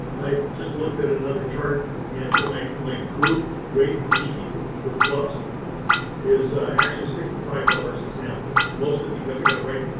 i just looked at another chart and for my, my group rate for beekeeper, for clubs is actually sixty five dollars a and sample, mostly because i got to write.